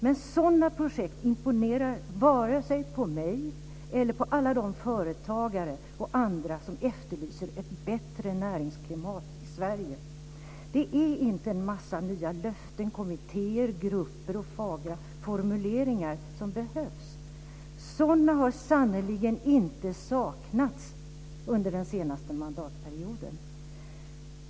Men sådana projekt imponerar inte på vare sig mig eller alla de företagare och andra som efterlyser ett bättre näringsklimat i Sverige. Det är inte en massa nya löften, kommittéer, grupper och fagra formuleringar som behövs. Sådana har sannerligen inte saknats under senaste mandatperioden.